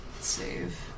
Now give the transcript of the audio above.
Save